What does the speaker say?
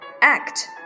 act